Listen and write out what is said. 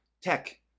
tech